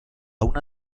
una